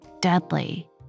deadly